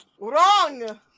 wrong